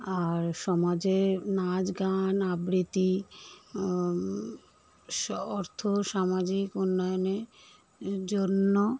আর সমাজে নাচ গান আবৃত্তি স অর্থ সামাজিক উন্নয়নে এ জন্য